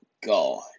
God